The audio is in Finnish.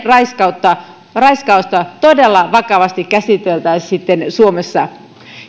raiskausta raiskausta todella vakavasti käsiteltäisiin suomessa